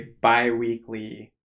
bi-weekly